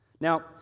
Now